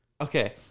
Okay